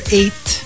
eight